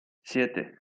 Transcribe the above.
siete